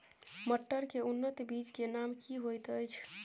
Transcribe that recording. मटर के उन्नत बीज के नाम की होयत ऐछ?